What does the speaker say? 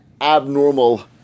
abnormal